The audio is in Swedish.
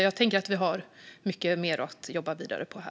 Jag tänker att vi har mycket att arbeta vidare med.